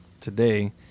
today